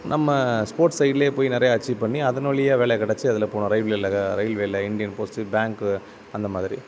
நம்ம ஸ்போர்ட்ஸ் சைடில் போய் நிறையா அச்சீவ் பண்ணி அதன் வழியாக வேலை கெடைச்சி அதில் போகணும் ரயில்வேயில் ரயில்வேயில் இந்தியன் போஸ்டல் பேங்க்கு அந்த மாதிரி